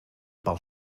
pel